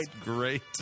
great